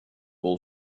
will